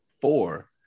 four